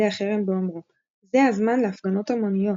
החרם באומרו "זה הזמן להפגנות המוניות.